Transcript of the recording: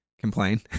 complain